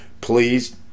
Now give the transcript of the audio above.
please